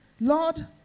Lord